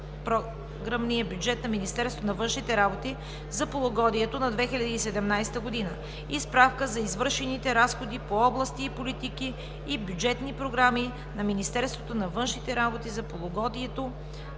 Програмния бюджет на Министерството на външните работи за полугодието на 2017 г. и справка за извършените разходи по области и политики и бюджетни програми на Министерството на външните работи за полугодието